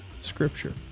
scripture